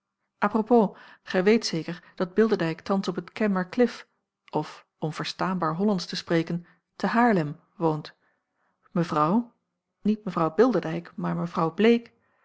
propos gij weet zeker dat bilderdijk thans op t kenmerklif of om verstaanbaar hollandsch te spreken te haarlem woont mevrouw niet mw bilderdijk maar mw bleek